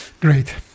Great